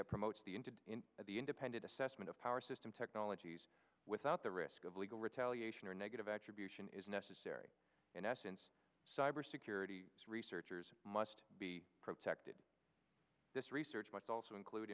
that promotes the injured in the independent assessment of power system technologies without the risk of legal retaliation or negative attributes than is necessary in essence cybersecurity researchers must be protected this research must also include